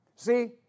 See